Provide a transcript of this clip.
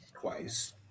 twice